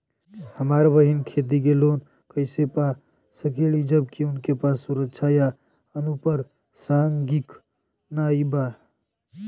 हमार बहिन खेती के लोन कईसे पा सकेली जबकि उनके पास सुरक्षा या अनुपरसांगिक नाई बा?